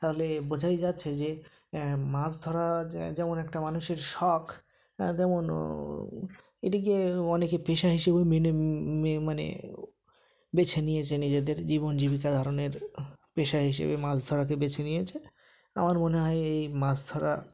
তাহলে বোঝাই যাচ্ছে যে মাছ ধরা যেমন একটা মানুষের শখ তেমন ও এটিকে অনেকে পেশা হিসেবেও মেনে মানে বেছে নিয়েছে নিজেদের জীবন জীবিকা ধারণের পেশা হিসেবে মাছ ধরাকে বেছে নিয়েছে আমার মনে হয় এই মাছ ধরা